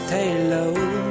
Taylor